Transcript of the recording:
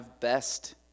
best